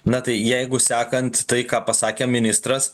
na tai jeigu sakant tai ką pasakė ministras